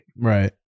Right